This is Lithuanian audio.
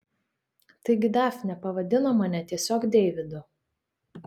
taigi dafnė pavadino mane tiesiog deividu